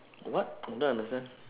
what I don't understand